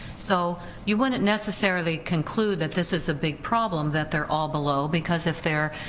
so you wouldn't necessarily conclude that this is a big problem, that they're all below because if their